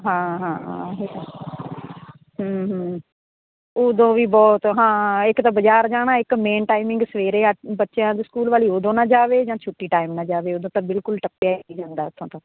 ਹਾਂ ਹਾਂ ਉਦੋਂ ਵੀ ਬਹੁਤ ਹਾਂ ਇੱਕ ਤਾਂ ਬਾਜ਼ਾਰ ਜਾਣਾ ਇੱਕ ਮੇਨ ਟਾਈਮਿੰਗ ਸਵੇਰੇ ਬੱਚਿਆਂ ਦੇ ਸਕੂਲ ਵਾਲੀ ਉਦੋਂ ਨਾ ਜਾਵੇ ਜਾਂ ਛੁੱਟੀ ਟਾਈਮ ਨਾ ਜਾਵੇ ਉਦੋਂ ਤਾਂ ਬਿਲਕੁਲ ਟੱਪਿਆ ਈ ਨੀ ਜਾਂਦਾ ਉੱਥੋਂ ਤਾਂ